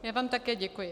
Já vám také děkuji.